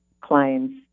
clients